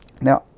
Now